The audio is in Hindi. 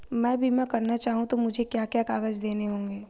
मैं बीमा करना चाहूं तो मुझे क्या क्या कागज़ देने होंगे?